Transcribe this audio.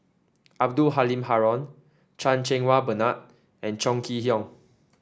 Abdul Halim Haron Chan Cheng Wah Bernard and Chong Kee Hiong